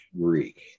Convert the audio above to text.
Greek